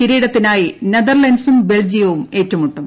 കിരീടത്തിനായി നെതർലാന്റ്സും ബെൽജിയവും ഏറ്റുമുട്ടും